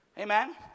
Amen